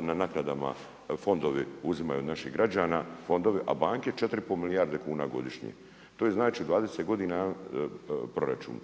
na naknadama fondovi uzimaju od napih građana, a banke 4 i pol milijarde kuna godišnje. To znači 20 godina proračun,